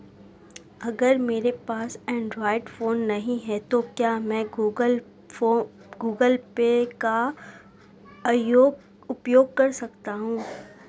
अगर मेरे पास एंड्रॉइड फोन नहीं है तो क्या मैं गूगल पे का उपयोग कर सकता हूं?